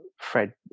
Fred